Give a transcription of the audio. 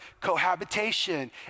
cohabitation